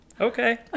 Okay